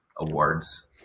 awards